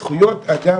זכויות אדם